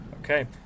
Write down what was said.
Okay